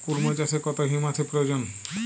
কুড়মো চাষে কত হিউমাসের প্রয়োজন?